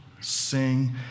sing